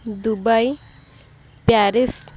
Dubai Paris